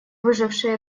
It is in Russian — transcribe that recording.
выжившие